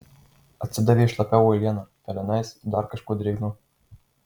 atsidavė šlapia uoliena pelenais ir dar kažkuo drėgnu